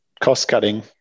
cost-cutting